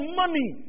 money